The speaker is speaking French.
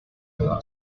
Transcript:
cuba